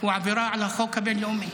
הוא עבירה על החוק הבין-לאומי,